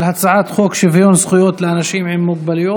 אנחנו עוברים להצבעה על הצעת חוק שוויון זכויות לאנשים עם מוגבלויות